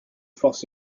forces